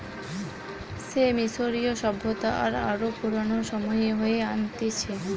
সে মিশরীয় সভ্যতা আর আরো পুরানো সময়ে হয়ে আনতিছে